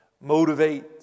motivate